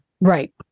Right